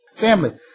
family